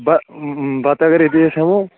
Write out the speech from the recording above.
بہ بَتہٕ اَگَرَے ہٮ۪مو